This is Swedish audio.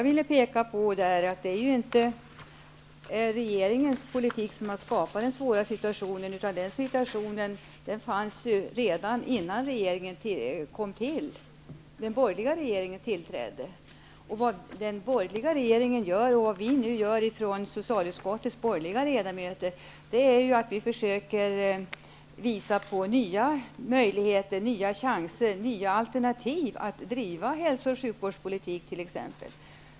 Det är ju inte regeringens politik som har skapat den svåra situationen, utan den fanns ju redan innan den borgerliga regeringen tillträdde. Vad den borgerliga regeringen och de borgerliga ledamöterna i socialutskottet nu gör, är att försöka visa på nya möjligheter, chanser och alternativ att driva hälso och sjukvårdspolitik.